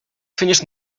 finish